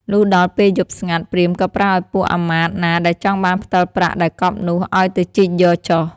លុះដល់ពេលយប់ស្ងាត់ ព្រាហ្មណ៍ក៏ប្រើឲ្យពួកអាមាត្យណាដែលចង់បានផ្ដិលប្រាក់ដែលកប់នោះ ឲ្យទៅជីកយកចុះ។